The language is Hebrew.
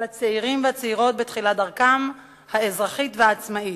הצעירים והצעירות בתחילת דרכם האזרחית והעצמאית.